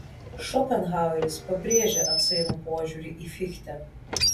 šopenhaueris pabrėžia atsainų požiūrį į fichtę